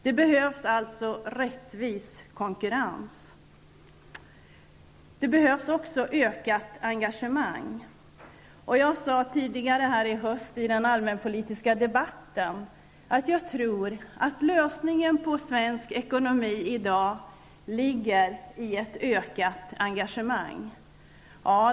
Det behövs alltså en rättvis konkurrens och även ett ökat engagemang. I höstens allmänpolitiska debatt sade jag också att jag tror att lösningen för dagens svenska ekonomi ligger i ett ökat engagemang.